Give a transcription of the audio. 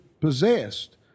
possessed